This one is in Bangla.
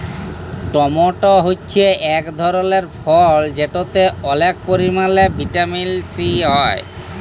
টমেট হছে ইক ধরলের ফল যেটতে অলেক পরিমালে ভিটামিল সি হ্যয়